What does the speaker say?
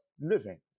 living